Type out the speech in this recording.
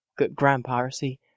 grandpiracy